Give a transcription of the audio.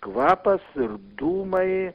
kvapas ir dūmai